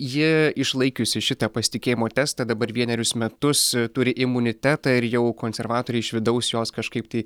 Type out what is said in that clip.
ji išlaikiusi šitą pasitikėjimo testą dabar vienerius metus turi imunitetą ir jau konservatoriai iš vidaus jos kažkaip tai